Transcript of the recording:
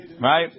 right